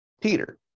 Peter